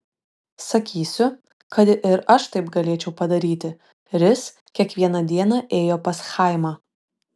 sakysiu kad ir aš taip galėčiau padaryti ris kiekvieną dieną ėjo pas chaimą